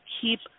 keep